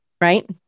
right